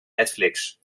netflix